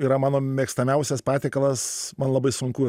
yra mano mėgstamiausias patiekalas man labai sunku